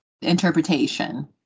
interpretation